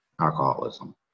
alcoholism